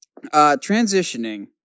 transitioning